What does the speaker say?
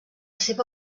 seva